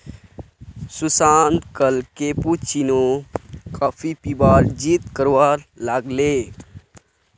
सुशांत कल cappuccino coffee पीबार जिद्द करवा लाग ले